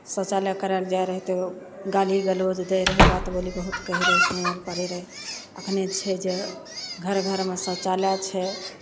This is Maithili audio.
शौचालय करय लए जाइ रहय तऽ गाली गलौज दै रहय बात बोली बहुत कहय रहय सुनय लए पड़य रहय एखने छै जे घर घरमे शौचालय छै